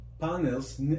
Panels